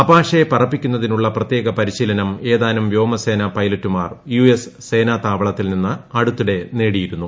Apache പറപ്പിക്കുന്നതിനുള്ള പ്രത്യേക പരിശീലനം ഏതാനും വ്യോമസേന പൈലറ്റുമാർ യുഎസ് സേനാതാവളത്തിൽ നിന്ന് അടുത്തിടെ നേടിയിരുന്നു